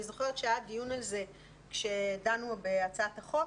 אני זוכרת שהיה דיון על זה כשדנו בהצעת החוק,